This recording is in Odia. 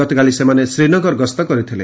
ଗତକାଲି ସେମାନେ ଶ୍ରୀନଗର ଗସ୍ତ କରିଥିଲେ